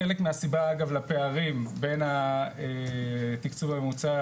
חלק מהסיבה אגב לפערים בין תקצוב ממוצע